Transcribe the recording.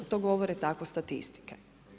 To govore tako statistike.